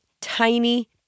tiny